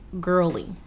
Girly